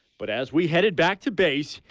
but as we headed back to base,